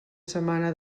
setmana